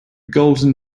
golden